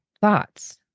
thoughts